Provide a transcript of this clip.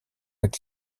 avec